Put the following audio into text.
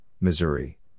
Missouri